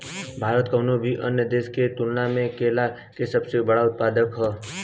भारत कउनों भी अन्य देश के तुलना में केला के सबसे बड़ उत्पादक ह